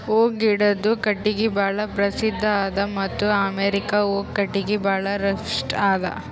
oak ಗಿಡದು ಕಟ್ಟಿಗಿ ಭಾಳ್ ಪ್ರಸಿದ್ಧ ಅದ ಮತ್ತ್ ಅಮೇರಿಕಾ ಓಕ್ ಕಟ್ಟಿಗಿ ಭಾಳ್ ರಫ್ತು ಮಾಡ್ತದ್